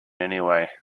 anyway